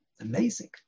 Amazing